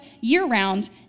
year-round